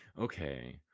Okay